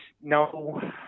no